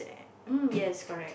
(um)yes correct